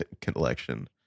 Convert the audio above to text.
collection